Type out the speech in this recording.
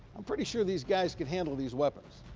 i'm pretty sure these guys could handle these weapons,